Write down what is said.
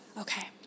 Okay